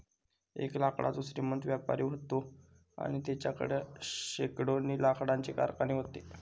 एक लाकडाचो श्रीमंत व्यापारी व्हतो आणि तेच्याकडे शेकडोनी लाकडाचे कारखाने व्हते